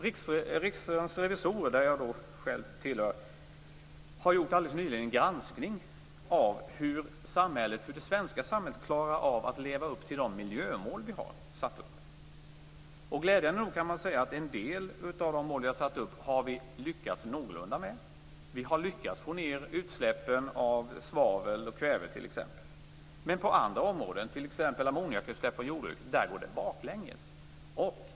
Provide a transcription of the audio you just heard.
Riksdagens revisorer, som jag själv tillhör, har alldeles nyligen gjort en granskning av hur det svenska samhället klarar av att leva upp till de miljömål som vi har satt upp. Glädjande nog kan man säga att vi har lyckats någorlunda med en del av de mål som vi har satt upp. Vi har lyckats få ned utsläppen av svavel och kväve t.ex., men på andra områden, t.ex. när det gäller ammoniakutsläpp från jordbruken, går det bakåt.